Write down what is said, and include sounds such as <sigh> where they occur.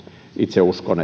itse uskon <unintelligible>